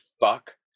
fuck